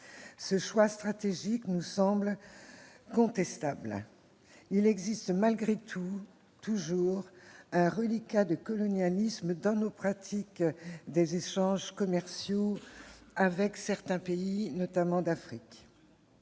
Ce choix stratégique nous semble contestable. Il existe toujours malgré tout un reliquat de colonialisme dans notre pratique des échanges commerciaux avec certains pays, notamment d'Afrique.